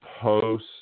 post